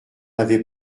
avez